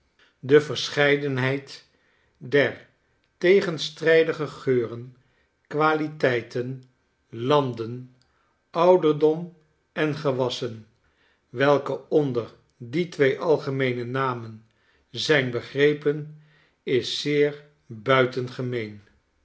de verscheidenheid der tegenstrijdige geuren qualiteiten landen ouderdomengewassen welke onder die twee algemeene namen zijn begrepen is zeer